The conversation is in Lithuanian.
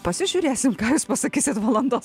pasižiūrėsim ką jūs pasakysit valandos